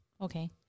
okay